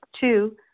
Two